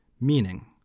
Meaning